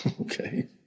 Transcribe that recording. Okay